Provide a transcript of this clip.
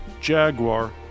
Jaguar